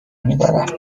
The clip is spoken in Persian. میدارم